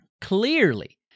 Clearly